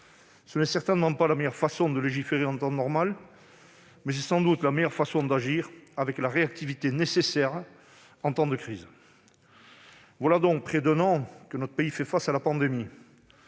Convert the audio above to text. Ce n'est certainement pas la meilleure façon de légiférer en temps normal, mais c'est sans doute la meilleure manière d'agir avec la réactivité nécessaire en temps de crise. Voilà donc près d'un an que notre pays fait face à la pandémie.